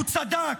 הוא צדק,